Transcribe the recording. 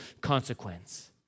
consequence